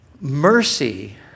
Mercy